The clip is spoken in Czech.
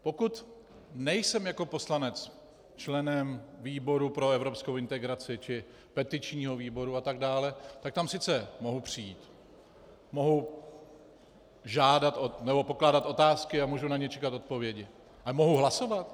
Pokud nejsem jako poslanec členem výboru pro evropskou integraci či petičního výboru atd., tak tam sice mohu přijít, mohu pokládat otázky a můžu na ně čekat odpovědi ale mohu hlasovat?